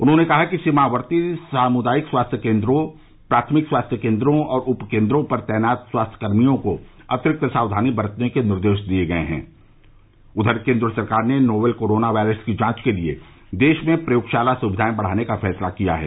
उन्होंने कहा कि सीमावर्ती सामुदायिक स्वास्थ्य केन्द्रों प्राथमिक स्वास्थ केन्द्रों और उपकेन्द्रों पर तैनात स्वास्थ्य कर्मियों को अतिरिक्त सावधानी बरतने के निर्देश दिये गये हैं उधर केन्द्र सरकार ने नोवेल कोरोना वायरस की जांच के लिए देश में प्रयोगशाला सुविधाएं बढ़ाने का फैसला किया है